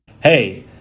Hey